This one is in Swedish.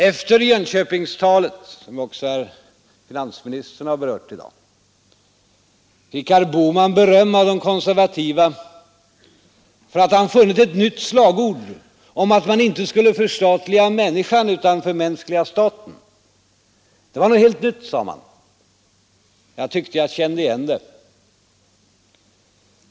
Efter Jönköpingstalet, som också herr finansministern har berört i dag, fick herr Bohman beröm av de konservativa för att han funnit ett nytt slagord om att man inte skulle förstatliga människan utan förmänskliga staten. Det var något helt nytt, sade man. Jag tyckte jag kände igen det.